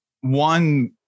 one